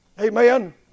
Amen